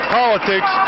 politics